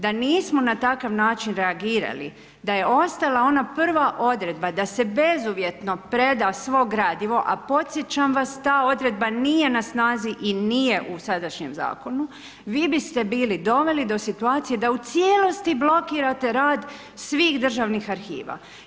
Da nismo na takav način reagirali, da je ostala ona prva odredba, da se bezuvjetno preda svo gradivo a podsjećam vas, ta odredba nije na snazi i nije u sadašnjem zakonu, vi biste bili doveli do situacije da u cijelosti blokirate rad svih državnih arhiva.